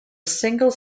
single